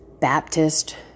Baptist